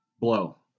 Blow